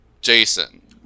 Jason